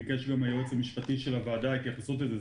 ביקש ממני היועץ המשפטי של הוועדה התייחסות לזה.